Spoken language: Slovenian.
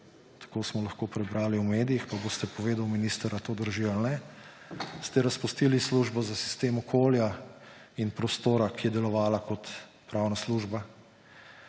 tako smo lahko prebrali v medijih, pa boste povedali, minister, ali to drži ali ne, ste razpustili službo za sistem okolja in prostora, ki je delovala kot pravna služba.